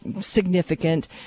significant